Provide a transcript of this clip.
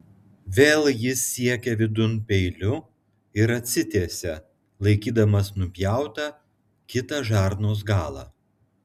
vėl jis siekė vidun peiliu ir atsitiesė laikydamas nupjautą kitą žarnos galą